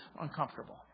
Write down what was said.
uncomfortable